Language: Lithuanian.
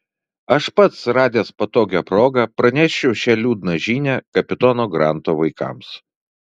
aš pats radęs patogią progą pranešiu šią liūdną žinią kapitono granto vaikams